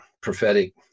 prophetic